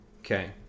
Okay